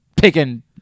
Picking